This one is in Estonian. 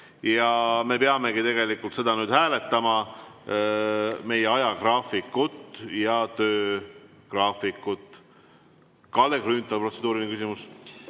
Me peamegi seda nüüd hääletama, meie ajagraafikut ja töögraafikut. Kalle Grünthal, protseduuriline küsimus.